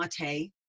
Mate